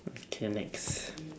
okay next